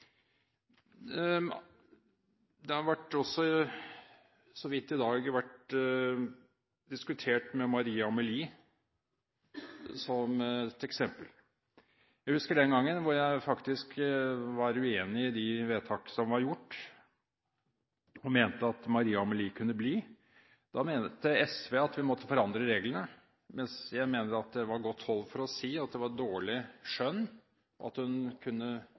den gang faktisk var uenig i de vedtak som var gjort, og mente at Maria Amelie kunne bli. Da mente SV at vi måtte forandre reglene, mens jeg mente det var godt hold for å si at det var dårlig skjønn – at hun kunne